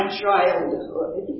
childhood